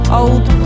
old